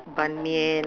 correct